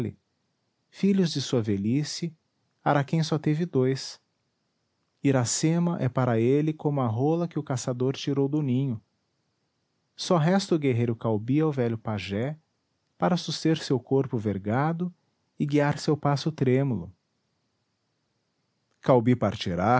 filhos de sua velhice araquém só teve dois iracema é para ele como a rola que o caçador tirou do ninho só resta o guerreiro caubi ao velho pajé para suster seu corpo vergado e guiar seu passo trêmulo caubi partirá